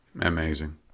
Amazing